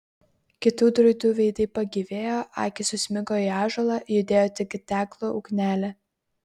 kitų druidų veidai pagyvėjo akys susmigo į ąžuolą judėjo tik deglo ugnelė